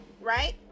right